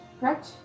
correct